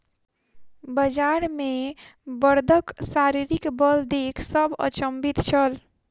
बजार मे बड़दक शारीरिक बल देख सभ अचंभित छल